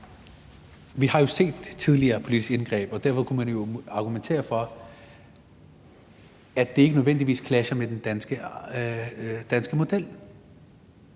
Vi har jo tidligere set politiske indgreb, og derfor kunne man jo argumentere for, at det ikke nødvendigvis clasher med den danske model.